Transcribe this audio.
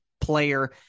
player